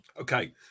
Okay